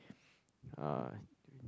uh